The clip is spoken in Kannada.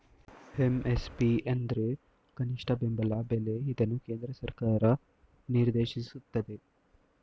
ಎಂ.ಎಸ್.ಪಿ ಅಂದ್ರೆ ಕನಿಷ್ಠ ಬೆಂಬಲ ಬೆಲೆ ಇದನ್ನು ಕೇಂದ್ರ ಸರ್ಕಾರ ನಿರ್ದೇಶಿಸುತ್ತದೆ